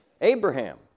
Abraham